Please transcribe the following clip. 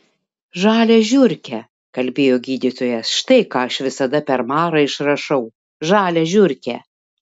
žalią žiurkę kalbėjo gydytojas štai ką aš visada per marą išrašau žalią žiurkę